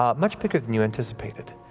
um much bigger than you anticipated.